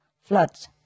floods